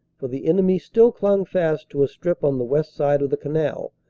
for the enemy still clung fast to a strip on the west side of the canal,